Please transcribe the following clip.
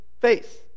face